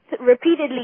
Repeatedly